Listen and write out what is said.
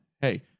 hey